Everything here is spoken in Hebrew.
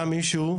בא מישהו.